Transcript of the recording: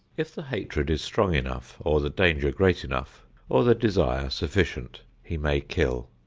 if the hatred is strong enough or the danger great enough or the desire sufficient, he may kill.